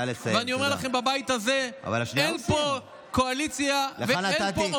אני אומר לכם, בבית הזה אין פה אופוזיציה, כולם